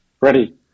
Ready